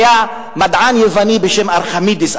היה מדען יווני בשם ארכימדס,